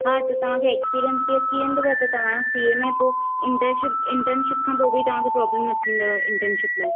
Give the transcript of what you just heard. हा त तव्हां खे एक्स्पीरियंस बि अची वेंदव त तव्हां सी ए में पोइ इंटर्नशिप इंटर्नशिप खां पोइ बि तव्हां खे प्रोबलम न थींदव इंटर्नशिप लाइ